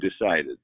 decided